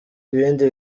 ibindi